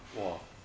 !wah!